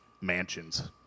mansions